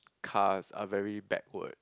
cars are very backward